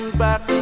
back